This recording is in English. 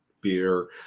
beer